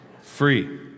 Free